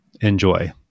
Enjoy